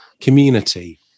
community